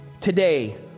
today